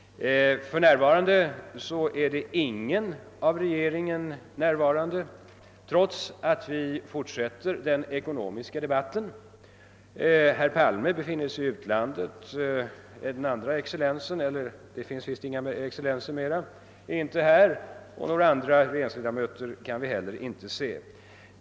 För närvarande är ingen av regeringens ledamöter i kammaren, trots att den ekonomiska debatten fortsätter. Herr Palme befinner sig i utlandet, och vår andre f.d. excellens — vi har ju inga excellenser längre — är inte heller närvarande nu, lika litet som någon annan av regeringens ledamöter.